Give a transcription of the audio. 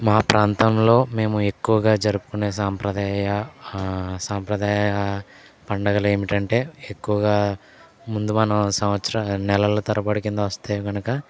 మా ప్రాంతంలో మేము ఎక్కువగా జరుపుకునే సాంప్రదాయ సాంప్రదాయ పండగలు ఏమిటంటే ఎక్కువగా ముందు మనం సంవత్సరా నెలల తరబడి కింద వస్తే కనుక